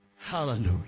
Hallelujah